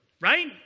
Right